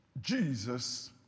Jesus